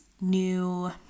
new